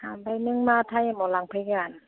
ओमफ्राय नों मा टाइमआव लांफैगोन